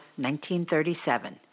1937